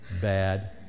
bad